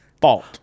fault